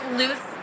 loose